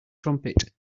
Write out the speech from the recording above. trumpet